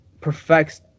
perfects